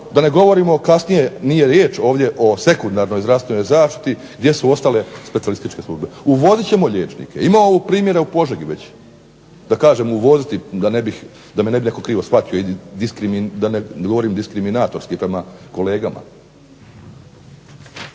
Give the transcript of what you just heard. da ne govorimo kasnije nije riječ ovdje o sekundarnoj zdravstvenoj zaštiti gdje su ostale specijalističke službe. Uvodit ćemo liječnike, imamo primjere u Požegi već, da kažem u …/Govornik se ne razumije./…, da me ne bi netko krivo shvatio, da ne govorim diskriminatorski prema kolegama.